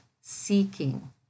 seeking